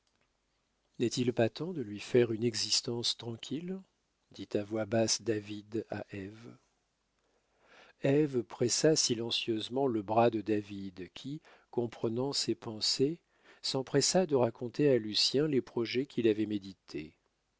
n'est-il pas temps de lui faire une existence tranquille dit à voix basse david à ève ève pressa silencieusement le bras de david qui comprenant ses pensées s'empressa de raconter à lucien les projets qu'il avait médités